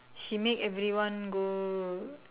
she make everyone go